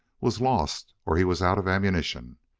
was lost, or he was out of ammunition.